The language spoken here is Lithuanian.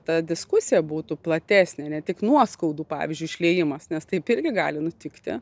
ta diskusija būtų platesnė ne tik nuoskaudų pavyzdžiui išliejimas nes taip irgi gali nutikti